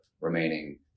remaining